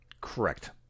Correct